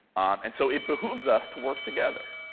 and so it behooves us to work together,